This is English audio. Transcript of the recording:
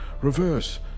reverse